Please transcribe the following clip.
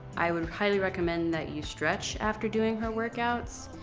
i would highly recommend that you stretch after doing her workouts.